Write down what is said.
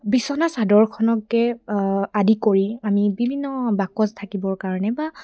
বিচনা চাদৰখনকে আদি কৰি আমি বিভিন্ন বাকচ ঢাকিবৰ কাৰণে বা